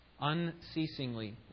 unceasingly